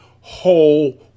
whole